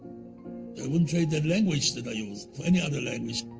i wouldn't trade that language that i use for any other language,